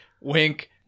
wink